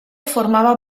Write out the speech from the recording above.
formava